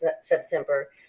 September